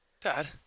Dad